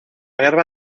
guerra